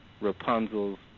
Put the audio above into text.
Rapunzel's